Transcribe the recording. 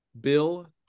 Bill